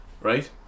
right